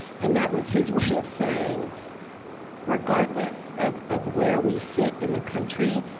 and that was his way of saying regardless of of where we sit in the country,